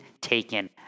taken